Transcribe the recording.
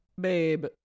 babe